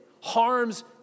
harms